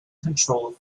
control